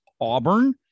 Auburn